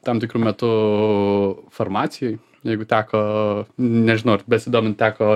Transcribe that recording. tam tikru metu farmacijoj jeigu teko nežinau ar besidomint teko